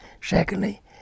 Secondly